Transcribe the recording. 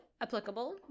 applicable